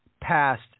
past